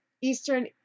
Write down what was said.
eastern